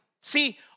See